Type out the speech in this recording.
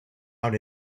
out